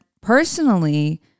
personally